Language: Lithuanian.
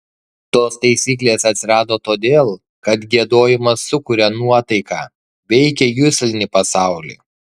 tos taisyklės atsirado todėl kad giedojimas sukuria nuotaiką veikia juslinį pasaulį